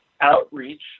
outreach